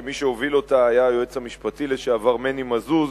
מי שהוביל אותה היה היועץ המשפטי לשעבר מני מזוז,